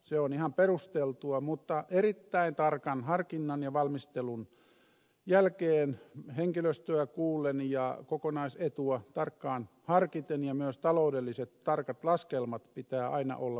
se on ihan perusteltua mutta erittäin tarkan harkinnan ja valmistelun jälkeen henkilöstöä kuullen ja kokonaisetua tarkkaan harkiten ja myös taloudellisten tarkkojen laskelmien pitää aina olla mukana